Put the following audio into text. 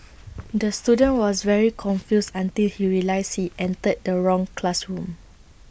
the student was very confused until he realised he entered the wrong classroom